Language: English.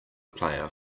player